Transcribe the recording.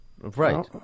right